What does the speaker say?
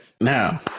now